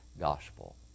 gospel